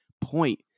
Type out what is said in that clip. point